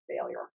failure